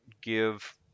give